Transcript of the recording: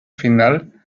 final